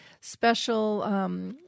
special